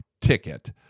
ticket